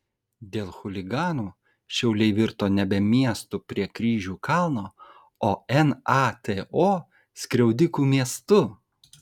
dėl chuliganų šiauliai virto nebe miestu prie kryžių kalno o nato skriaudikų miestu